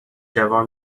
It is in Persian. جوان